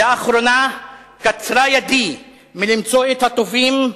לאחרונה קצרה ידי מלמצוא את הטובים,